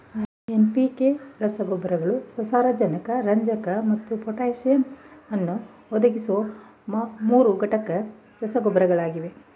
NPK ರಸಗೊಬ್ಬರಗಳು ಸಾರಜನಕ ರಂಜಕ ಮತ್ತು ಪೊಟ್ಯಾಸಿಯಮ್ ಅನ್ನು ಒದಗಿಸುವ ಮೂರುಘಟಕ ರಸಗೊಬ್ಬರಗಳಾಗಿವೆ